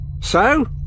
So